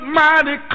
mighty